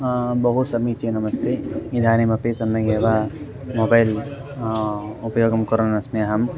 बहु समीचीनमस्ति इदानीमपि सम्यगेव मोबैल् उपयोगं कुर्वन्नस्मि अहम्